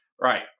Right